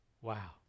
Wow